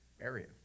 area